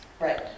Right